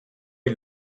est